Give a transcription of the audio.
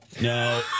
No